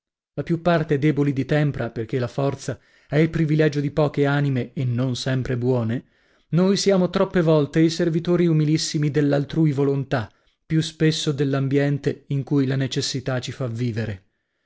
la più parte deboli di tempra perchè la forza è il privilegio di poche anime e non sempre buone noi siamo troppe volte i servitori umilissimi dell'altrui volontà più spesso dell'ambiente in cui la necessità ci fa vivere